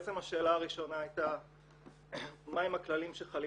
בעצם השאלה הראשונה הייתה מהם הכללים שחלים